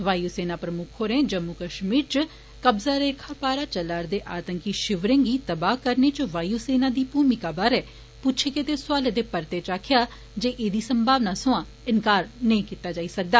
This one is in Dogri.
वायू सेना प्रमुक्ख होरें जम्मू कश्मीर च कब्जा रेखा पार चला'रदे आतंकी शिवरें गी तबाह करने च वायू सेना दी मूमिका बारै पुच्छे गेदे सौआले दे परते च आक्खेआ जे ऐसी संभावना सोयां इंकार नेई कीता जाई सकदा